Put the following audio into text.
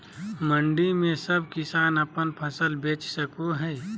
मंडी में सब किसान अपन फसल बेच सको है?